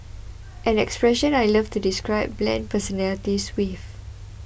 an expression I love to describe bland personalities with